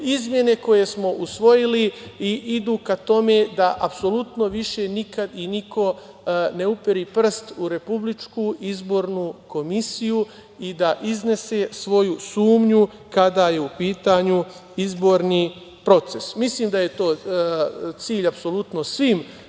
izmene koje smo usvojili idu ka tome da apsolutno više nikad i niko ne uperi prst u Republičku izbornu komisiju i da iznese svoju sumnju, kada je u pitanju izborni proces. Mislim da je to cilj apsolutno svim